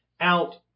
out